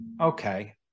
okay